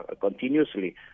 continuously